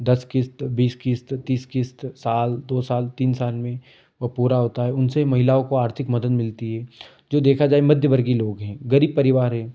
दस किस्त बीस किस्त तीस किस्त साल दो साल तीन साल में वह पूरा होता है उनसे महिलाओं को आर्थिक मदद मिलती हे जो देखा जाए मध्यवर्गी लोग हैं गरीब परिवार हैं